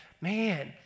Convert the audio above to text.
man